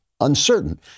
uncertain